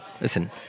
listen